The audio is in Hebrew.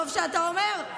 טוב שאתה אומר,